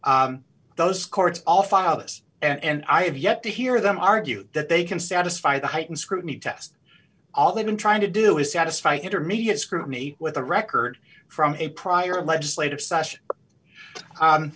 those courts all filed this and i have yet to hear them argue that they can satisfy the heightened scrutiny test all they've been trying to do is satisfy intermediate scrutiny with a record from a prior legislative session